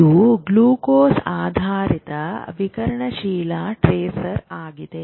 ಇದು ಗ್ಲೂಕೋಸ್ ಆಧಾರಿತ ವಿಕಿರಣಶೀಲ ಟ್ರೇಸರ್ ಆಗಿದೆ